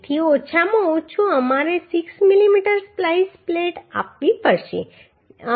તેથી ઓછામાં ઓછું અમારે 6 mm સ્પ્લાઈસ પ્લેટ આપવી પડશે